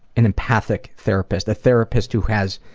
an empathic therapist, a therapist who has